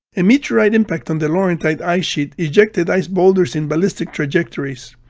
a meteorite impact on the laurentide ice sheet ejected ice boulders in ballistic trajectories.